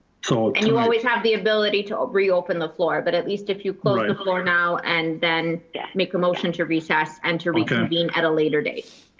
so and you always have the ability to ah reopen the floor, but at least if you close the floor now and then make a motion to recess and to reconvene at a later date,